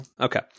Okay